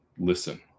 listen